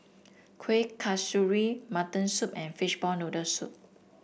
Kuih Kasturi Mutton Soup and Fishball Noodle Soup